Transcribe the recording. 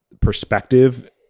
perspective